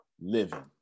living